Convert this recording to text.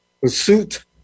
Pursuit